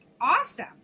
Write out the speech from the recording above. awesome